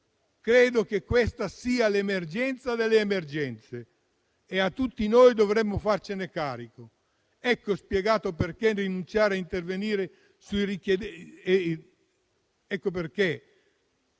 Credo che questa sia l'emergenza nelle emergenze e che tutti noi dovremmo farcene carico. Ecco spiegato perché rinunciare a intervenire sui gettonisti è solo